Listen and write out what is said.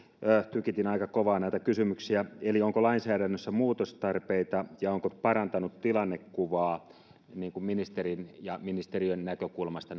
tykitin aika kovaa näitä kysymyksiä eli onko lainsäädännössä muutostarpeita ja ovatko tiedustelulait parantaneet tilannekuvaa ministerin ja ministeriön näkökulmasta